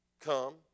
Come